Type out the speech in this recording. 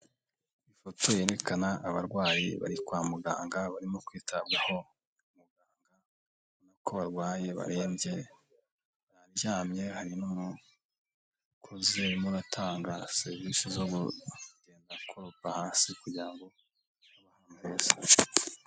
Ifoto yerekana abarwayi bari kwa muganga barimo kwitabwaho muganga ko barwaye barembye, bararyamye hari n'umukozi urimo uratanga serivisi zo kugenda akoropa hasi kugira ngo abantu bose.